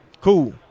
Cool